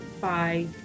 Bye